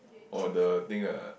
oh the thing ah